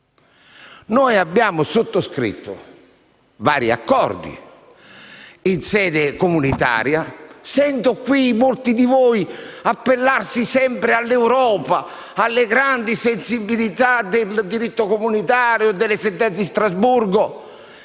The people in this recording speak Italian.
Noi abbiamo sottoscritto vari accordi in sede comunitaria. Sento qui molti di voi appellarsi sempre all'Europa, alle grandi sensibilità del diritto comunitario, delle sentenze di Strasburgo,